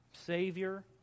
Savior